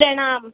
प्रणाम